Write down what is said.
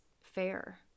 fair